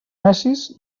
necis